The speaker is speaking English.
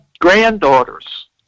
granddaughters